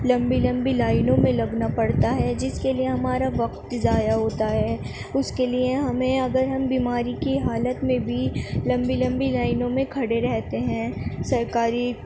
لمبی لمبی لائنوں میں لگنا پڑتا ہے جس کے لیے ہمارا وقت ضائع ہوتا ہے اس کے لیے ہمیں اگر ہم بیماری کی حالت میں بھی لمبی لمبی لائنوں میں کھڑے رہتے ہیں سرکاری